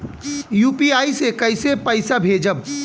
UPI से कईसे पैसा भेजब?